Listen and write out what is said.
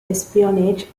espionage